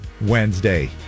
Wednesday